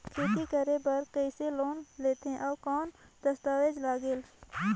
खेती करे बर कइसे लोन लेथे और कौन दस्तावेज लगेल?